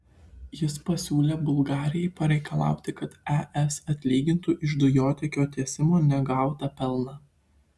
jis pasiūlė bulgarijai pareikalauti kad es atlygintų iš dujotiekio tiesimo negautą pelną